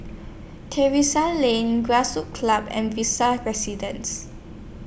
Terrasse Lane Grassroots Club and Visa Residences